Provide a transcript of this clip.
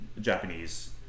japanese